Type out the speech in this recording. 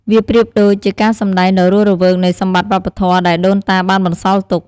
វាប្រៀបដូចជាការសម្ដែងដ៏រស់រវើកនៃសម្បតិ្តវប្បធម៌ដែលដូនតាបានបន្សល់ទុក។